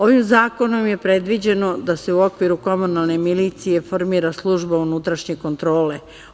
Ovim zakonom je predviđeno da se u okviru komunalne milicije formira služba unutrašnje kontrole.